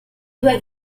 due